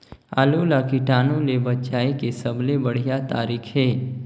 आलू ला कीटाणु ले बचाय के सबले बढ़िया तारीक हे?